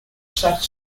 such